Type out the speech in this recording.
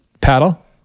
paddle